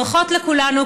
ברכות לכולנו,